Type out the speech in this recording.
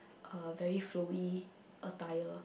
uh very Flowy attire